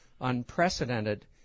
unprecedented